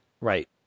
Right